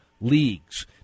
Leagues